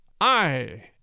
I